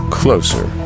closer